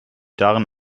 darin